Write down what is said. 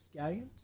Scallions